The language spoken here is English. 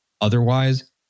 Otherwise